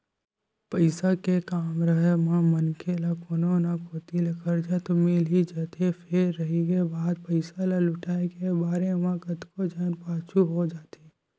पइसा के काम राहब म मनखे ल कोनो न कोती ले करजा तो मिल ही जाथे फेर रहिगे बात पइसा ल लहुटाय के बेरा म कतको झन पाछू हो जाथे